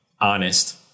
honest